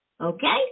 okay